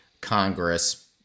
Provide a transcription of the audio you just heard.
congress